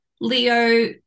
Leo